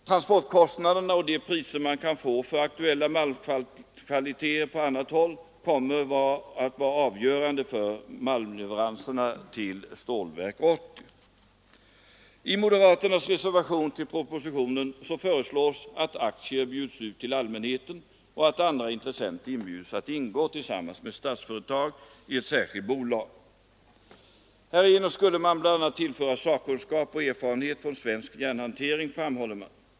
Transportkostnaderna och de priser man på annat håll kan få för aktuella malmkvaliteter kommer att vara avgörande för malmleveranserna till Stålverk 80. I moderaternas motion med anledning av propositionen föreslås att aktier skall bjudas ut till allmänheten och att andra intressenter skall inbjudas att tillsammans med Statsföretag ingå i ett särskilt bolag. Härigenom skulle man bl.a. tillföra sakkunskap och erfarenhet från svensk järnhantering, framhålls det.